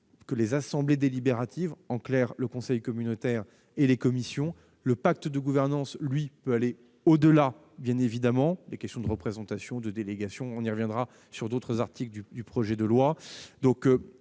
que les assemblées délibératives, en clair le conseil communautaire et les commissions ; le pacte de gouvernance, lui, peut aller au-delà, notamment avec les questions de représentation et de délégation - on y reviendra à propos d'autres articles du projet de loi.